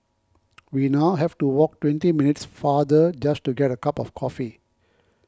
we now have to walk twenty minutes farther just to get a cup of coffee